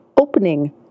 opening